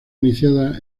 iniciada